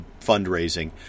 fundraising